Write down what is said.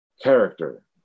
character